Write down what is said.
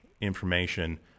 information